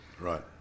Right